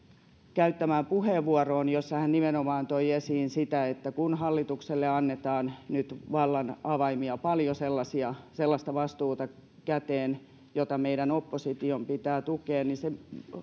käyttämään puheenvuoroon jossa hän nimenomaan toi esiin sitä että kun hallitukselle annetaan nyt vallan avaimia paljon sellaista vastuuta käteen jota meidän opposition pitää tukea niin